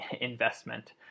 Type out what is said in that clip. investment